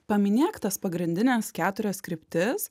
paminėk tas pagrindines keturias kryptis